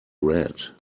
red